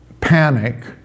panic